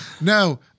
No